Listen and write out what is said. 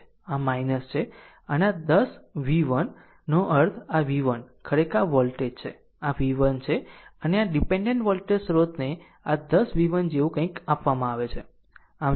અને આ volt 10 v1 નો અર્થ આ v1 ખરેખર આ વોલ્ટેજ છે આ v1 છે અને આ ડીપેન્ડેન્ટ વોલ્ટેજ સ્રોતને આ 10 v1 જેવું કંઈક આપવામાં આવે છે